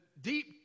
deep